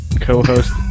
co-host